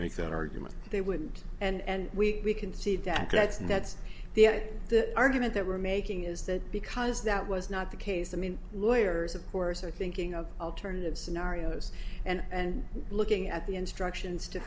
make that argument they wouldn't and we can see that that's that's the the argument that we're making is that because that was not the case i mean lawyers of course are thinking of alternative scenarios and looking at the instructions to